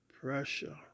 pressure